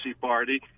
party